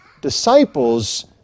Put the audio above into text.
disciples